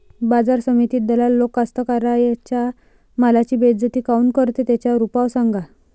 बाजार समितीत दलाल लोक कास्ताकाराच्या मालाची बेइज्जती काऊन करते? त्याच्यावर उपाव सांगा